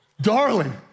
darling